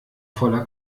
voller